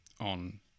on